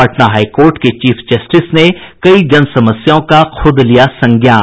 Patna high court के chief justice ने कई जन समस्याओं का खूद लिया संज्ञान